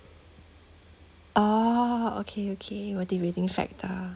oh okay okay motivating factor